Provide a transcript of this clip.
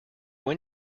when